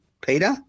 Peter